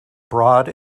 broad